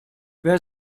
wer